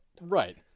Right